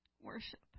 Worship